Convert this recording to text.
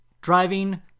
Driving